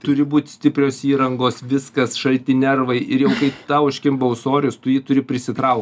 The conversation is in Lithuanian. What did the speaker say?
turi būt stiprios įrangos viskas šalti nervai ir jau kai tau užkimba ūsorius tu jį turi prisitrau